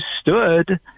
stood